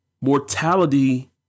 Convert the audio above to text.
Mortality